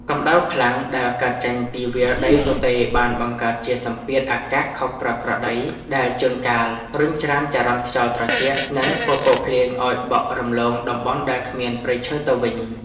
កម្ដៅខ្លាំងដែលកើតចេញពីវាលដីទទេរបានបង្កើតជាសម្ពាធអាកាសខុសប្រក្រតី ដែលជួនកាលរុញច្រានចរន្តខ្យល់ត្រជាក់ និងពពកភ្លៀងឱ្យបក់រំលងតំបន់ដែលគ្មានព្រៃឈើទៅវិញ។